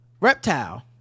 Reptile